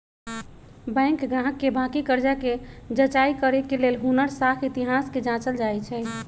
bank गाहक के बाकि कर्जा कें जचाई करे के लेल हुनकर साख इतिहास के जाचल जाइ छइ